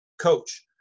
coach